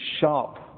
sharp